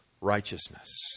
righteousness